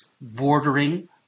bordering